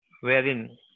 wherein